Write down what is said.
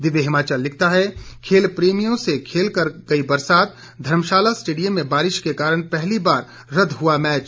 दिव्य हिमाचल लिखता है खेल प्रेमियों से खेल कर गई बरसात धर्मशाला स्टेडियम में बारिश के कारण पहली बार रद्द हुआ मैच